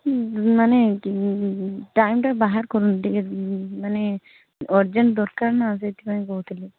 ମାନେ ଟାଇମ୍ଟା ବାହାର କରନ୍ତୁ ଟିକେ ମାନେ ଅର୍ଜେଣ୍ଟ୍ ଦରକାର୍ ନା ସେଥିପାଇଁ କହୁଥିଲି